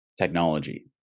technology